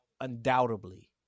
undoubtedly